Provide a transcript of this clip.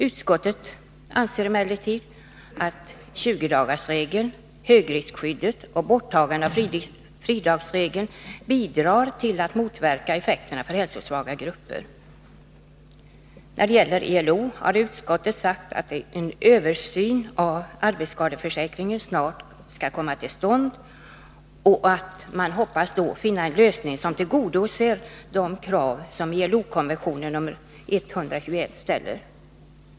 Utskottet anser emellertid att 20-dagarsregeln, högriskskyddet och borttagandet av bidragsregeln medverkar till att lindra effekterna för hälsosvaga grupper. När det gäller ILO-konventionen har utskottet sagt att en översyn av arbetsskadeförsäkringen snart skall komma till stånd. Utskottet förutsätter att det därvid skall komma fram en lösning som tillgodoser de krav som ställs i ILO-konventionen nr 121.